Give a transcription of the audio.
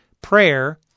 prayer